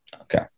Okay